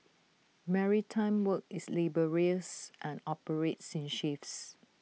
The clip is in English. maritime work is laborious and operates in shifts